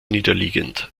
niederliegend